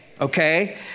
okay